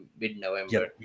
mid-November